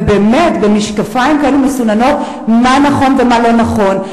ובאמת במשקפיים כאלו מסוננים מה נכון ומה לא נכון,